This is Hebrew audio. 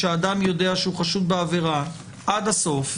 שאדם יודע שהוא חשוד בעבירה עד הסוף.